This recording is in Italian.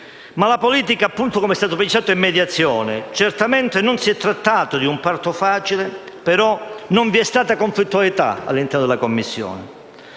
ma la politica, come è stato detto, è mediazione. Certamente, non si è trattato di un parto facile, però non vi è stata conflittualità all'interno della Commissione